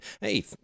hey